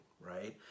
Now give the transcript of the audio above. right